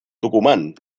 tucumán